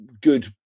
good